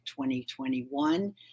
2021